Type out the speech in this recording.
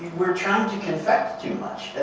we're trying to confect too much.